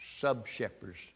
Sub-shepherds